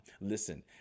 Listen